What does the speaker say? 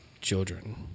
children